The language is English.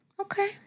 Okay